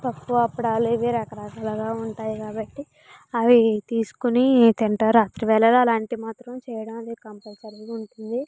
పప్పు అప్పడాలు ఇవి రకరకాలుగా ఉంటాయి కాబట్టి అవి తీసుకుని తింటారు రాత్రి వేళలో అలాంటివి చేయడం మాత్రం కంపల్సరిగా ఉంటుంది